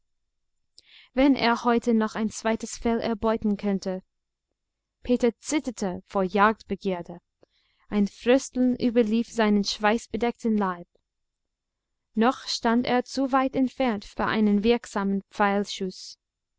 wenn er heute noch ein zweites fell erbeuten könnte peter zitterte vor jagdbegierde ein frösteln überlief seinen schweißbedeckten leib noch stand er zu weit entfernt für einen wirksamen